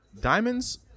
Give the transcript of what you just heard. Diamonds